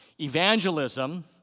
Evangelism